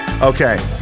Okay